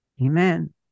Amen